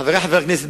חברי חברי הכנסת,